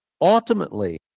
ultimately